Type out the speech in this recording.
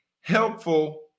helpful